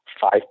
five